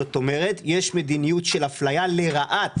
זאת אומרת, יש מדיניות של אפליה לרעת